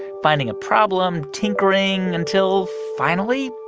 finding a problem, tinkering until, finally,